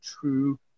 true